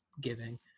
giving